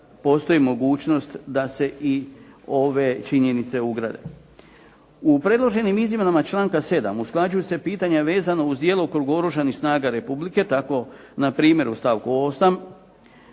postoji mogućnost da se i ove činjenice ugrade. U predloženim izmjenama članka 7. usklađuju se pitanja vezana uz djelokrug Oružanih snaga Republike, tako npr. u stavku 8.